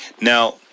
Now